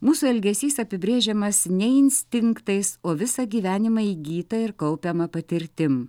mūsų elgesys apibrėžiamas ne instinktais o visą gyvenimą įgyta ir kaupiama patirtim